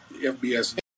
FBS